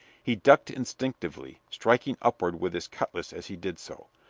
he ducked instinctively, striking upward with his cutlass as he did so.